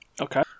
Okay